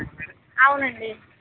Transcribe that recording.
అవునండి